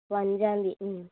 ഓ അഞ്ചാം തീയതി